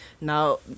now